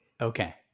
Okay